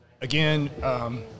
Again